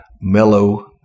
mellow